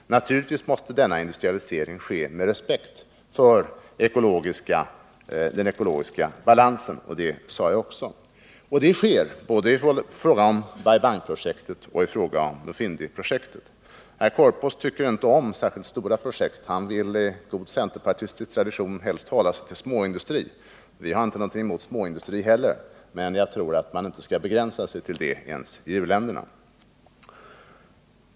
Men naturligtvis måste denna industrialisering ske med respekt för den ekologiska balansen, vilket jag också nämnde. Så sker också, både i fråga om Bai Bang-projektet och i fråga om Mufindi-projektet. Herr Korpås tycker inte om stora projekt. Han vill enligt god centerpartistisk tradition helst hålla sig till småindustri. Vi har inte någonting emot småindustri, men jag tror inte att man skall begränsa sig till en sådan ens i u-länderna.